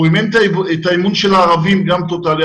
הוא איבד את האמון של הערבים גם טוטלי,